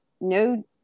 No